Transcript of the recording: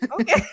Okay